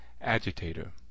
agitator